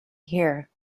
here